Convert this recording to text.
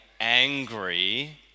angry